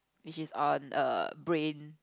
which is on a brain